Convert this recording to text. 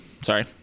Sorry